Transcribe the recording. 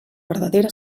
verdadera